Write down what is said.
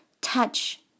Touch